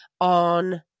on